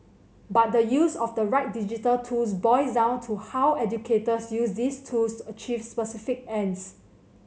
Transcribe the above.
but the use of the right digital tools boils down to how educators use these tools to achieve specific ends